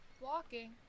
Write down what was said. walking